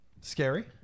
Scary